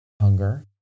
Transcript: hunger